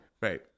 Right